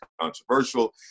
controversial